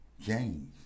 James